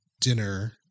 dinner